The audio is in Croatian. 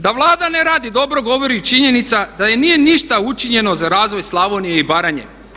Da Vlada ne radi dobro govori i činjenica da nije ništa učinjeno za razvoj Slavonije i Baranje.